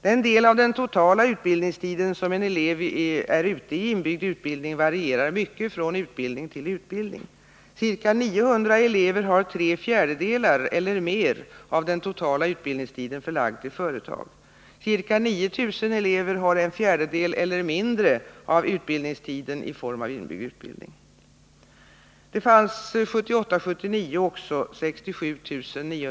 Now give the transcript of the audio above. Den del av den totala utbildningstiden som en elev är ute i inbyggd utbildning varierar mycket från utbildning till utbildning. Ca 900 elever har tre fjärdedelar eller mer av den totala utbildningstiden förlagd till företag. Ca 9 000 elever har en fjärdedel eller mindre av utbildningstiden i form av inbyggd utbildning.